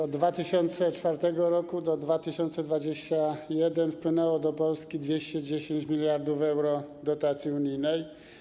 Od 2004 r. do 2021 r. wpłynęło do Polski 210 mld euro dotacji unijnej.